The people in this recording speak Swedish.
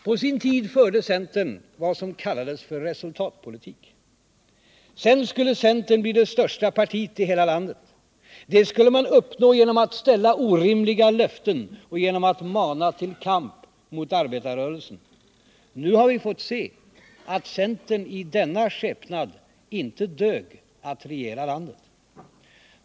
På sin tid förde centern vad som kallades för resultatpolitik. Sedan skulle centern bli det största partiet i hela landet. Det skulle man uppnå genom att ställa orimliga löften och genom att mana till kamp mot arbetarrörelsen. Nu har vi fått se att centern i denna skepnad inte dög att regera landet.